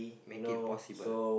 make it possible